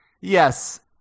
yes